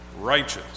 righteous